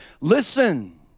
Listen